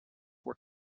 were